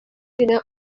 генә